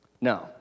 No